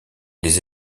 les